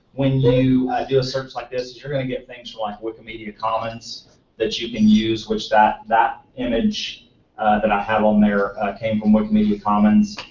when you do a search like this is you're going to get things from like wikimedia commons that you can use, which that that image that i have on there came from wikimedia commons.